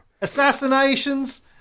assassinations